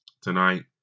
tonight